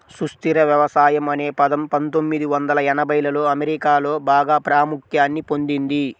సుస్థిర వ్యవసాయం అనే పదం పందొమ్మిది వందల ఎనభైలలో అమెరికాలో బాగా ప్రాముఖ్యాన్ని పొందింది